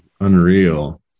Unreal